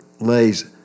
lays